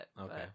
Okay